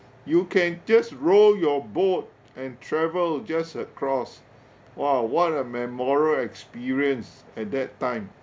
you can just row your boat and travel just across !wow! what a memorial experience at that time